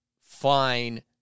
fine